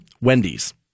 Wendy's